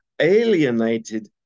alienated